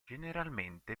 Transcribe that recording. generalmente